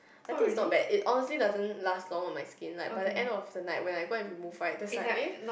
I think its not bad it honestly doesn't last long on my skin like but by the end of the night when I go to remove right there's like eh